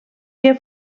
que